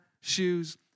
shoes